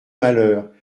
malheurs